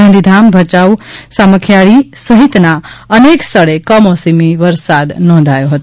ગાંધીધામ ભચાઉ સામખીયાળી સહિતના સ્થળે કમોસમી વરસાદ પડ્યો હતો